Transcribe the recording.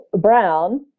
Brown